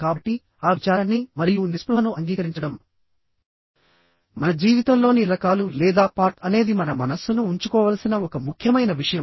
కాబట్టి ఆ విచారాన్ని మరియు నిస్పృహను అంగీకరించడం మన జీవితంలోని రకాలు లేదా పార్ట్ అనేది మన మనస్సును ఉంచుకోవలసిన ఒక ముఖ్యమైన విషయం